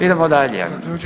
Idemo dalje.